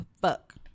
fuck